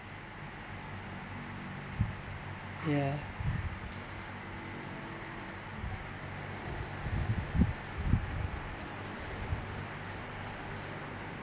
ya